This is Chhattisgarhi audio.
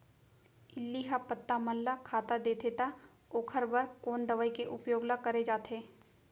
इल्ली ह पत्ता मन ला खाता देथे त ओखर बर कोन दवई के उपयोग ल करे जाथे?